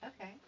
Okay